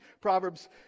Proverbs